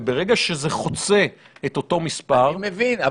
וברגע שזה חוצה את אותו מספר --- אני מבין.